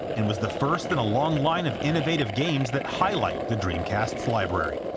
and was the first in a long line of innovative games that highlight the dreamcast's library.